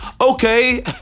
okay